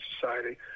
society